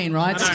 right